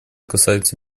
касается